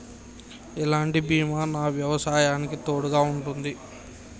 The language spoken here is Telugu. ఎలాంటి బీమా నా వ్యవసాయానికి తోడుగా ఉంటుంది?